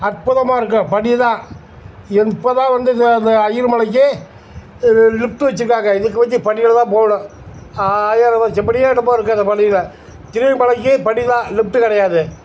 அற்புதமாக இருக்கும் படி தான் எந்த இப்போ தான் வந்து இந்த இந்த ஐயரு மலைக்கு லிஃப்ட்டு வச்சுருக்காங்க இதுக்கு முந்தி படியில் தான் போகணும் ஆயிரம் வரிசை படியே என்னமோ இருக்குது அந்த படியில் திருவேங்க மலைக்கு படி தான் லிஃப்ட்டு கிடையாது